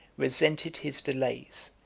resented his delays,